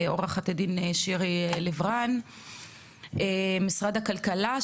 לעורכת הדין שירי לב רן ממשרד הכלכלה.